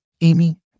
Amy